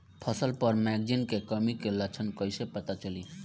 फसल पर मैगनीज के कमी के लक्षण कइसे पता चली?